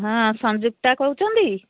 ହଁ ସଂଯୁକ୍ତା କହୁଚନ୍ତି